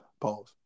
Pause